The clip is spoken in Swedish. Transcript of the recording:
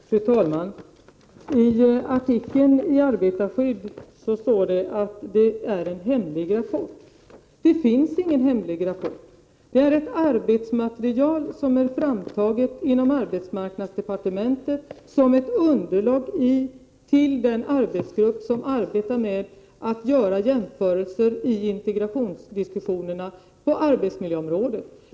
Fru talman! I artikeln i Arbetarskydd talas det om en hemlig rapport. Det finns ingen hemlig rapport. Det är fråga om ett arbetsmaterial som är framtaget inom arbetsmarknadsdepartementet som ett underlag för den arbetsgrupp som arbetar med att göra jämförelser i integrationsdiskussionerna på arbetsmiljöområdet.